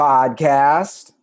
Podcast